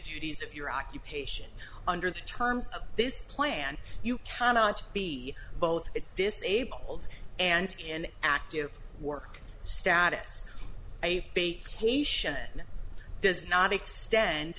duties of your occupation under the terms of this plan you cannot be both disabled and in active work status cation does not extend